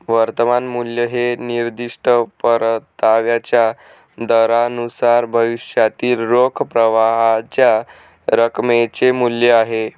वर्तमान मूल्य हे निर्दिष्ट परताव्याच्या दरानुसार भविष्यातील रोख प्रवाहाच्या रकमेचे मूल्य आहे